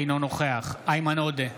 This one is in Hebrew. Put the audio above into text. אינו נוכח איימן עודה,